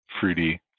fruity